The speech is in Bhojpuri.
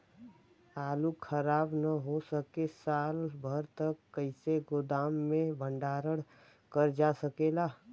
आलू खराब न हो सके साल भर तक कइसे गोदाम मे भण्डारण कर जा सकेला?